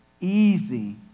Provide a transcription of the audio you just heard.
easy